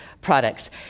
products